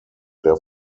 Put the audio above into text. der